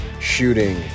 shooting